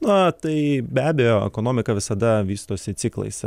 na tai be abejo ekonomika visada vystosi ciklais